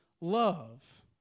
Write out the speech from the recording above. love